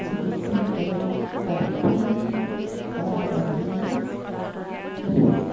চিকিৎসাসকলে গাফিলতি কৰাৰ বাবে বহুত